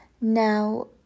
Now